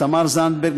תמר זנדברג,